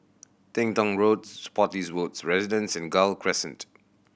Teng Tong Road Spottiswoode Residences and Gul Crescent